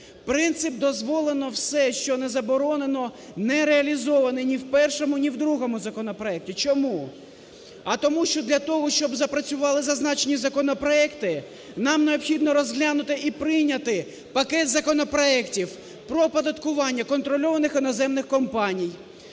Принцип "дозволено все, що не заборонено" не реалізовано ні в першому, ні в другому законопроекті. Чому? А тому що для того, щоб запрацювали зазначені законопроекти, нам необхідно розглянути і прийняти пакет законопроектів про оподаткування контрольованих іноземних компаній,